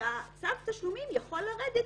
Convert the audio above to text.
שצו התשלומים יכול לרדת